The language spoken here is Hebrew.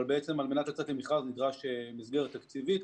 אבל על מנת לצאת למכרז נדרשת מסגרת תקציבית,